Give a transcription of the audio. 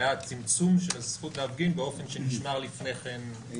צמצום של זכות להפגין באופן שנשמר לפני כן.